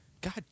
God